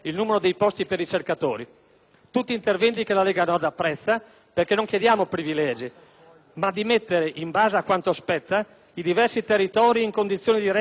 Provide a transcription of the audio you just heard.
tutti interventi che la Lega Nord apprezza, perché non chiediamo privilegi, ma di mettere - in base a quanto spetta - i diversi territori in condizioni di reggere la competizione internazionale.